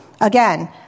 Again